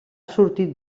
sortit